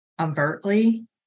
overtly